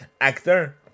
Actor